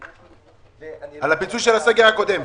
על הפיצוי של הסגר הקודם.